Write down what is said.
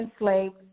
enslaved